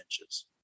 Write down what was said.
inches